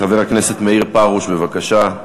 חבר הכנסת מאיר פרוש, בבקשה.